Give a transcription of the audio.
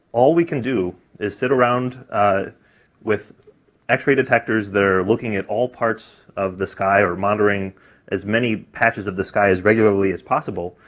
all we can do is sit around with x-ray detectors that are looking at all parts of the sky, or monitoring as many patches of the sky as regularly as possible,